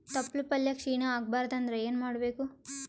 ತೊಪ್ಲಪಲ್ಯ ಕ್ಷೀಣ ಆಗಬಾರದು ಅಂದ್ರ ಏನ ಮಾಡಬೇಕು?